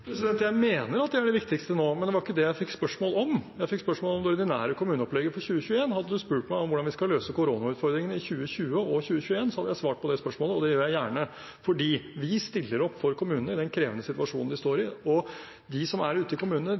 Jeg mener at det er det viktigste nå, men det var ikke det jeg fikk spørsmål om. Jeg fikk spørsmål om det ordinære kommuneopplegget for 2021. Hadde man spurt meg om hvordan vi skal løse koronautfordringene i 2020 og i 2021, hadde jeg svart på det spørsmålet, og det gjør jeg gjerne, for vi stiller opp for kommunene i den krevende situasjonen de står i. De som er ute i kommunene,